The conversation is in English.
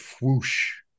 whoosh